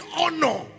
honor